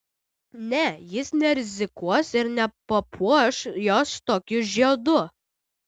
ne jis nerizikuos ir nepapuoš jos tokiu žiedu